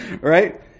Right